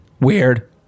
Weird